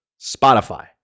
Spotify